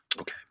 Okay